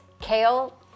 Kale